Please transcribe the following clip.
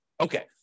Okay